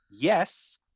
yes